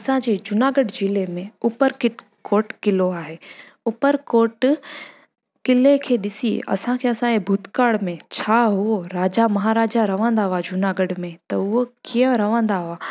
असांजे जूनागढ़ ज़िले में ऊपर किट कोट क़िलो आहे ऊपरकोट किले खे ॾिसी असांखे असांजे भूतकाल में छा हुओ राजा महाराजा रहंदा हुआ जूनागढ़ में उहे कीअं रहंदा हुआ